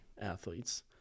athletes